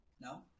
no